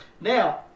Now